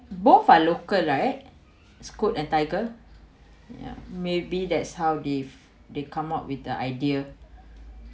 both are local right Scoot and Tiger yeah maybe that's how if they come up with the idea